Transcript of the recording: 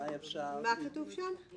מה כתוב שם?